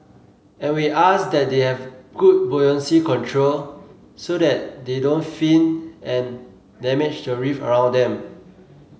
and we ask that they have good buoyancy control so they they don't fin and damage the reef around them